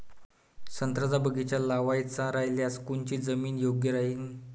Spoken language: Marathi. संत्र्याचा बगीचा लावायचा रायल्यास कोनची जमीन योग्य राहीन?